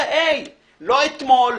כיתה ה' לא אתמול,